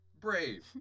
brave